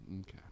okay